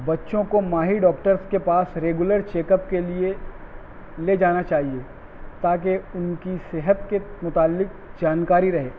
بچوں کو ماہر ڈاکٹرس کے پاس ریگولر چیک اپ کے لیے لے جانا چاہیے تاکہ ان کی صحت کے متعلق جانکاری رہے